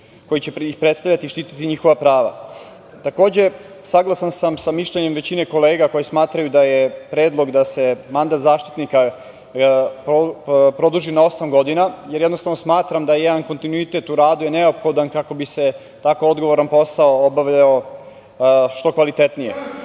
koji će ih predstavljati i štititi njihova prava. Takođe, saglasan sam sa mišljenjem većine kolega, koji smatraju da je Predlog da se mandat Zaštitnika građana produži na osam godina, jer jednostavno smatram da jedan kontinuitet u radu je neophodan kako bi se tako odgovoran posao obavljao što kvalitetnije.